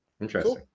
interesting